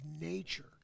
nature